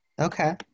Okay